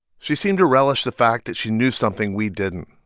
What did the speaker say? she seemed to relish the fact that she knew something we didn't,